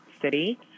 city